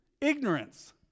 Ignorance